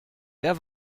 wer